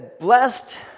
Blessed